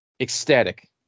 ecstatic